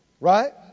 Right